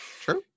Sure